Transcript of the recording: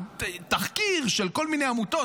תחקיר של מיני עמותות,